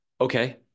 okay